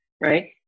right